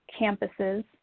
campuses